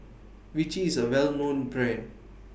Vichy IS A Well known Brand